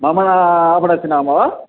मम आपणस्य नाम वा